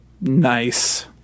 Nice